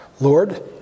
Lord